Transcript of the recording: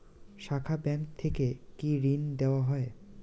শাখা ব্যাংক থেকে কি ঋণ দেওয়া হয়?